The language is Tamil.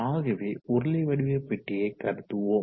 ஆகவே உருளை வடிவ பெட்டியை கருதுவோம்